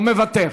או מוותר?